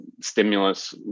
stimulus